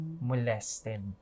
molested